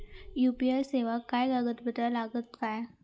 UPI सेवाक काय कागदपत्र लागतत काय?